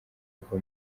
ava